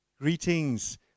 Greetings